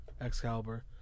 Excalibur